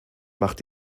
macht